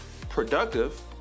productive